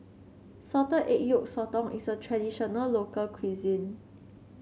Salted Egg Yolk Sotong is a traditional local cuisine